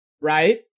right